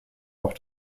auch